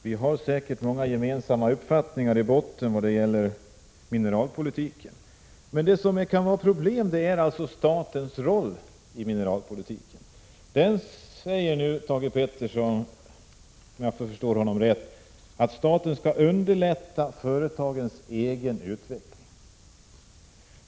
Herr talman! Industriministern och jag har säkert i grund och botten många gemensamma uppfattningar när det gäller mineralpolitiken. Men problemet är statens roll. Thage Peterson säger nu att staten skall underlätta företagens egen utveckling.